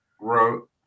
wrote